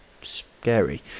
Scary